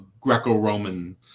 Greco-Roman